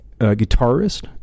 guitarist